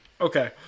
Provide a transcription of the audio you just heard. Okay